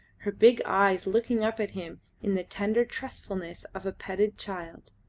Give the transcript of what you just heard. her big eyes looking up at him in the tender trustfulness of a petted child.